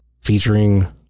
featuring